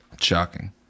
shocking